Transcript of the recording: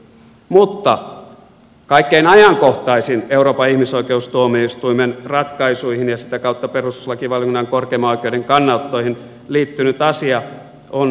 mutta kaikkein ajankohtaisin euroopan ihmisoikeustuomioistuimen ratkaisuihin ja sitä kautta perustuslakivaliokunnan korkeimman oikeuden kannanottoihin liittynyt asia on tämä verorikoksista rankaiseminen